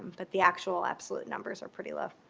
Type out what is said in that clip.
but the actual absolute numbers are pretty low.